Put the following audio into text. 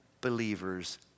believers